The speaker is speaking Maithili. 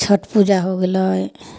छठि पूजा हो गेलै